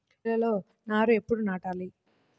నేలలో నారు ఎప్పుడు నాటాలి?